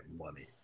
money